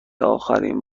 اخرین